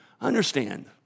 Understand